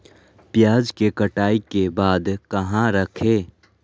प्याज के कटाई के बाद कहा रखें?